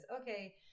okay